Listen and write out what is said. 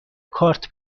کارت